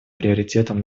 приоритетом